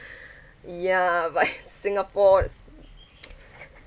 ya but in singapore there's